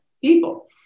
people